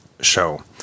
show